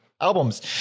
albums